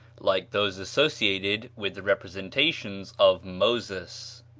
like those associated with the representations of moses.